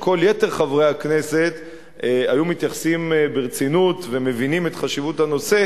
שכל יתר חברי הכנסת היו מתייחסים ברצינות ומבינים את חשיבות הנושא